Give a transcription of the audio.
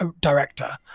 director